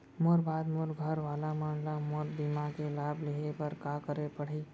मोर बाद मोर घर वाला मन ला मोर बीमा के लाभ लेहे बर का करे पड़ही?